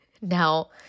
Now